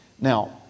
Now